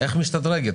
איך משתדרגת?